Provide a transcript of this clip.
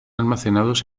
almacenados